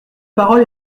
parole